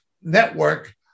Network